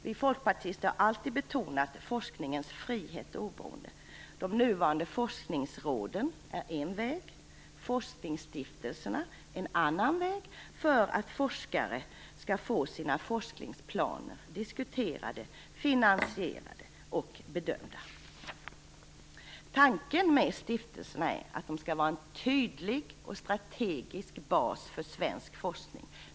Vi folkpartister har alltid betonat forskningens frihet och oberoende. De nuvarande forskningsråden är en väg. Forskningsstiftelserna är en annan väg för att forskare skall få sina forskningsplaner diskuterade, finansierade och bedömda. Tanken med stiftelserna är att de skall vara en tydlig och strategisk bas för svensk forskning.